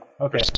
Okay